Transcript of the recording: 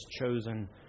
chosen